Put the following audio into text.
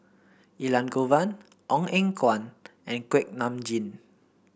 Elangovan Ong Eng Guan and Kuak Nam Jin